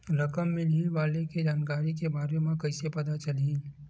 रकम मिलही वाले के जानकारी के बारे मा कइसे पता चलही?